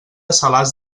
salàs